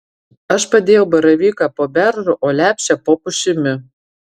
aš padėjau baravyką po beržu o lepšę po pušimi